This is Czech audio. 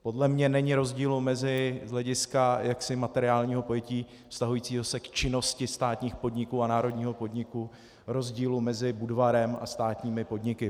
Podle mě není z hlediska materiálního pojetí vztahujícího se k činnosti státních podniků a národního podniku rozdílu mezi Budvarem a státními podniky.